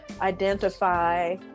identify